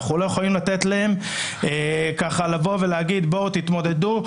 אנחנו לא יכולים לתת להם ולבוא ולהגיד "בואו תתמודדו".